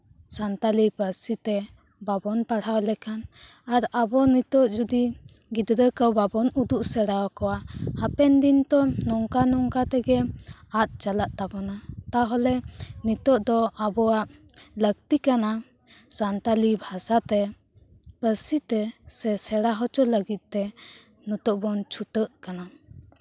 ᱥᱟᱱᱛᱟᱞᱤ ᱯᱟᱹᱨᱥᱤ ᱛᱮ ᱵᱟᱵᱚᱱ ᱯᱟᱲᱦᱟᱣ ᱞᱮᱠᱷᱟᱱ ᱟᱨ ᱟᱵᱚ ᱱᱤᱛᱚᱜ ᱡᱚᱫᱤ ᱜᱤᱫᱽᱨᱟᱹ ᱠᱚ ᱵᱟᱵᱚᱱ ᱩᱫᱩᱜ ᱥᱮᱲᱟᱣᱠᱚᱣᱟ ᱦᱟᱯᱮᱱ ᱫᱤᱱ ᱛᱚ ᱱᱚᱝᱠᱟ ᱱᱚᱝᱠᱟ ᱛᱮᱜᱮ ᱟᱫ ᱪᱟᱞᱟᱜ ᱛᱟᱵᱚᱱᱟ ᱛᱟᱦᱞᱮ ᱱᱤᱛᱚᱜ ᱫᱚ ᱟᱵᱚᱣᱟᱜ ᱞᱟᱹᱠᱛᱤ ᱠᱟᱱᱟ ᱥᱟᱱᱛᱟᱞᱤ ᱵᱷᱟᱥᱟᱛᱮ ᱯᱟᱹᱨᱥᱤᱛᱮ ᱥᱮ ᱥᱮᱲᱟ ᱦᱚᱪᱚ ᱞᱟᱹᱜᱤᱫ ᱛᱮ ᱱᱤᱛᱚᱜ ᱵᱚᱱ ᱪᱷᱩᱴᱟᱹᱜ ᱠᱟᱱᱟ